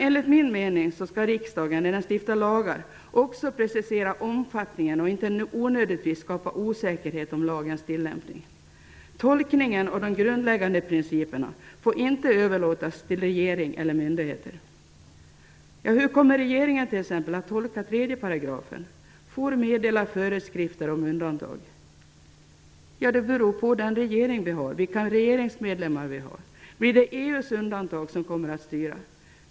Enligt min mening skall riksdagen när den stiftar lagar också precisera omfattningen och inte onödigtvis skapa osäkerhet om lagens tillämpning. Tolkningen av de grundläggande principerna får inte överlåtas till regering eller myndigheter. Hur kommer regeringen t.ex. att tolka formuleringen i lagens 3 § om att den ''får meddela föreskrifter om undantag''? Det blir ju beroende av vilken regering och vilka regeringsmedlemmar som vi har. Blir det EU:s undantag som kommer att styra?